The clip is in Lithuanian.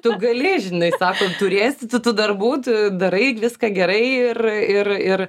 tu gali žinai sako turėsi tu tų darbų tu darai viską gerai ir ir ir